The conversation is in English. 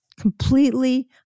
completely